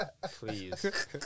Please